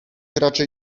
raczej